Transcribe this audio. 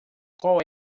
qual